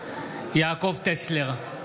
יעקב טסלר,